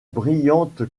brillante